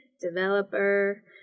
developer